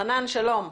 חנן, שלום.